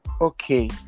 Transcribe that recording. Okay